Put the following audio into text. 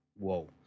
Whoa